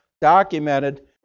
documented